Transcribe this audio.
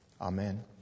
Amen